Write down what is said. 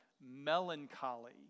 melancholy